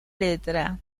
letra